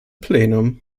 plenum